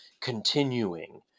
continuing